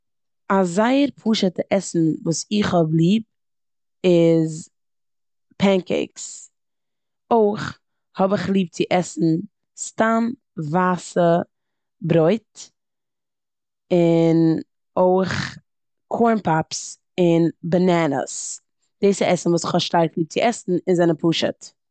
א זייער פשוטע עסן וואס איך האב ליב איז פענקעיקס. אויך האב איך ליב צו עסן סתם ווייסע ברויט און אויך קארן פאפס און באנאנעס. דאס איז עסן וואס כ'האב שטארק ליב צו עסן און זענען פשוט.